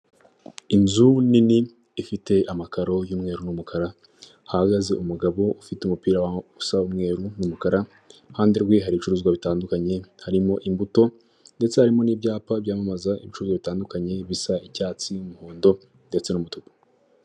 Inzu nini ifite amakaro y'umweru n'umukara, hahagaze umugabo ufite umupira usa umweru n'umukara, iruhande rwe hari ibicuruzwa bitandukanye, harimo imbuto, ndetse harimo n'ibyapa byamamaza ibicuruzwa bitandukanye bisa icyatsi n'umuhondo ndetse n'umutuku.